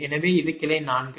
எனவே இது கிளை 4